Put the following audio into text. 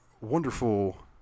wonderful